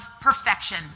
perfection